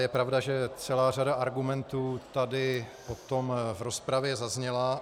Je pravda, že celá řada argumentů tady potom v rozpravě zazněla.